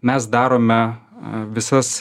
mes darome visas